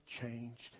changed